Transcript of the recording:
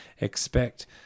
expect